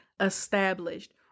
established